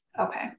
Okay